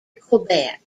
quebec